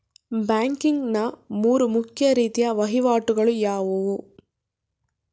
Banking ನ ಮೂರು ಮುಖ್ಯ ರೀತಿಯ ವಹಿವಾಟುಗಳು ಯಾವುವು?